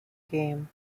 game